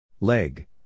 Leg